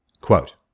Quote